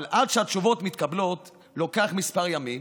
אבל עד שהתשובות מתקבלות לוקח כמה ימים,